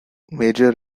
major